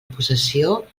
possessió